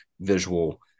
visual